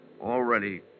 Already